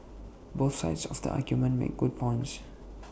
both sides of the argument make good points